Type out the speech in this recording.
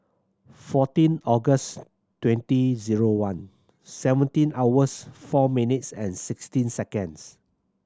fourteen August twenty zero one seventeen hours four minutes and sixteen seconds